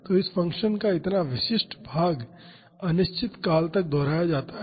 तो इस फ़ंक्शन का इतना विशिष्ट भाग अनिश्चित काल तक दोहराया जाता है